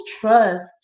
trust